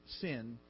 sin